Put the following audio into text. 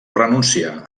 renuncià